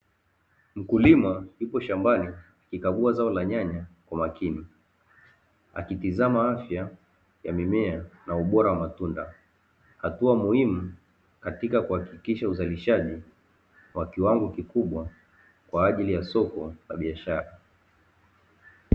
Mkulima yupo shambani akikagua zao la nyanya kwa makini akitizama afya ya mimea na ubora wa matunda, hatua muhimu katika kuhakikisha uzalishaji wa kiwango kikubwa kwa ajili ya soko la biashara.